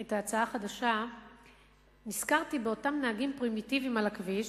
את ההצעה החדשה נזכרתי באותם נהגים פרימיטיביים על הכביש,